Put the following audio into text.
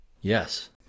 Yes